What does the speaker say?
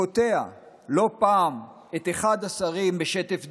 קוטע לא פעם את אחד השרים בשטף דיבורו,